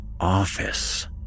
office